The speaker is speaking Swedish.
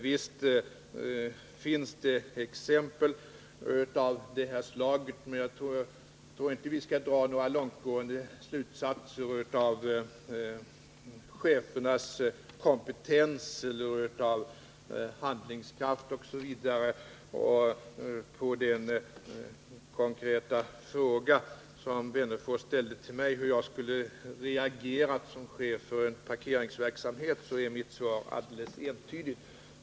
Visst finns det exempel av det här slaget, men jag tror inte att vi därav skall dra några långtgående slutsatser om chefernas kompetens, handlingskraft osv. På den konkreta fråga som Alf Wennerfors ställde till mig, hur jag skulle ha reagerat som chef för en parkeringsverksamhet, är mitt svar alldeles entydigt.